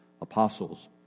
apostles